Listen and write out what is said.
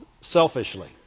selfishly